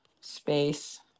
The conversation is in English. space